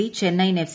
C Chennaiyin F